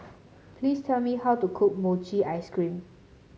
please tell me how to cook Mochi Ice Cream